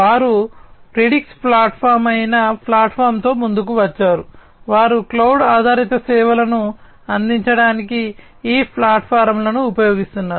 వారు Predix platform అయిన ప్లాట్ఫామ్తో ముందుకు వచ్చారు వారు క్లౌడ్ ఆధారిత సేవలను అందించడానికి ఈ ప్లాట్ఫారమ్ను ఉపయోగిస్తున్నారు